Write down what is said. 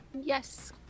Yes